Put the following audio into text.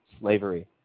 slavery